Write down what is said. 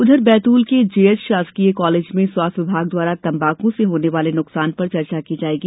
उधर बैतूल के जेएच शासकीय कॉलेज में स्वास्थ्य विभाग द्वारा तंबाकू से होने वाले नुकसान पर चर्चा की जायेगी